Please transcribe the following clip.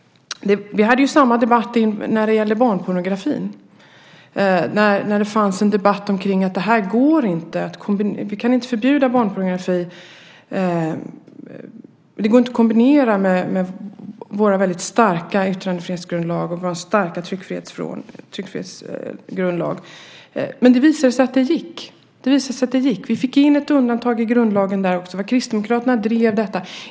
Vi hade samma debatt när det gällde barnpornografi. Det fanns en debatt om att vi inte kan förbjuda barnpornografi, att det inte går att kombinera med vår starka yttrandefrihetsgrundlag och vår starka tryckfrihetsförordning. Det visade sig dock vara möjligt. Vi fick in ett undantag i grundlagen. Det var Kristdemokraterna som drev den frågan.